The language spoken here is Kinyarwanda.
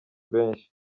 benshi